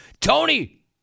Tony